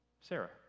Sarah